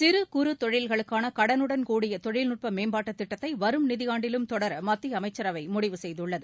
சிறு குறு தொழில்களுக்கான கடனுடன்கூடிய தொழில்நுட்ப மேம்பாட்டுத் திட்டத்தை வரும் நிதியாண்டிலும் தொடர மத்திய அமைச்சரவை முடிவு செய்துள்ளது